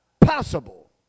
Possible